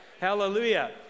Hallelujah